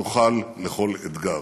נוכל לכל אתגר.